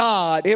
God